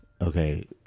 okay